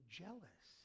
jealous